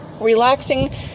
relaxing